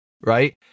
right